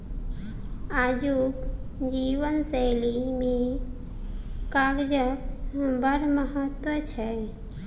आजुक जीवन शैली मे कागजक बड़ महत्व छै